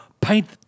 Paint